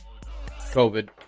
COVID